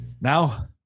Now